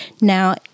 Now